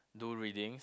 do readings